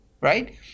Right